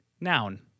Noun